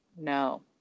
no